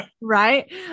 Right